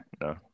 No